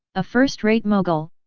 a first-rate mogul,